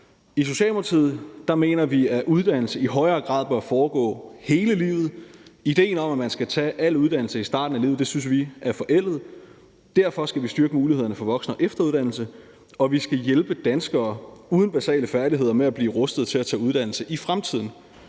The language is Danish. I Socialdemokratiet mener vi, at uddannelse i højere grad bør foregå hele livet. Idéen om at man skal tage al uddannelse i starten af livet, synes vi er forældet, og derfor skal vi styrke mulighederne for voksen- og efteruddannelse, og vi skal hjælpe danskere uden basale færdigheder med at blive rustet til at tage en uddannelse i fremtiden.